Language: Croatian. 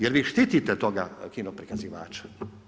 Jer vi štite toga kinoprikazivača?